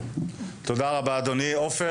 תודה לך אדוני היושב ראש,